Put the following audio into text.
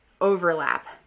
overlap